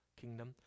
kingdom